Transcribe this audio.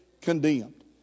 condemned